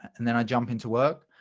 and then i jump into work.